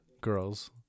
girls